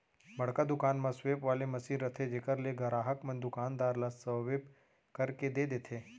बड़का दुकान म स्वेप वाले मसीन रथे जेकर ले गराहक मन दुकानदार ल स्वेप करके दे देथे